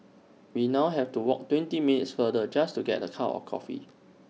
we now have to walk twenty minutes farther just to get A cup of coffee